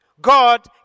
God